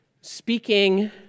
speaking